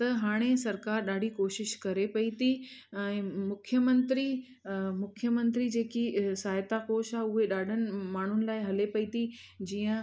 त हाणे सरकार ॾाढी कोशिश करे पई थी ऐं मुख्यमंत्री मुख्यमंत्री जेकी सहायता कोश आहे उहे ॾाढनि माण्हुनि लाइ हले पई थी जीअं